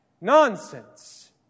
nonsense